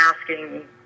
asking